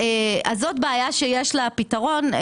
זאת בעיה שיש לה פתרון.